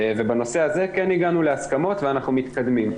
ובנושא הזה כן הגענו להסכמות ואנחנו מתקדמים.